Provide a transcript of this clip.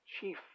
chief